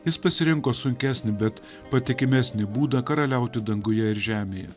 jis pasirinko sunkesnį bet patikimesnį būdą karaliauti danguje ir žemė